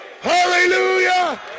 Hallelujah